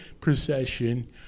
procession